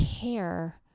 care